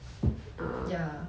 ya